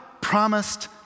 promised